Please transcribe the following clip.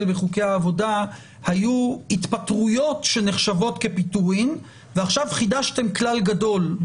בחוקי העבודה היו התפטרויות שנחשבות כפיטורים ועכשיו חידשתם כלל גדול,